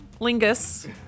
lingus